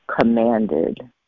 commanded